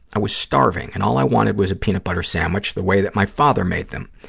i was starving and all i wanted was a peanut butter sandwich the way that my father made them.